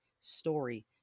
story